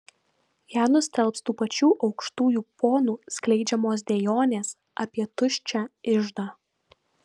ją nustelbs tų pačių aukštųjų ponų skleidžiamos dejonės apie tuščią iždą